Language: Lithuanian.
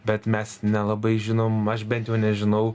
bet mes nelabai žinom aš bent jau nežinau